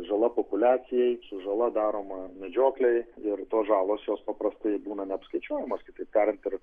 žala populiacijai su žala daroma medžioklei ir tos žalos jos paprastai tai būna neapskaičiuojamos kitaip tariant ir